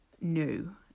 new